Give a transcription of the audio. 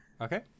Okay